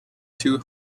too